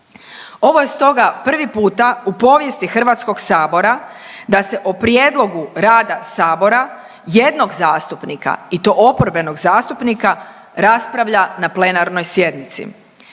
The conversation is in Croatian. Ovo je stoga prvi puta u povijesti HS da se o prijedlogu rada sabora jednog zastupnika i to oporbenog zastupnika raspravlja na plenarnoj sjednici.